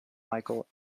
micheal